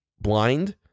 Blind